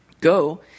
go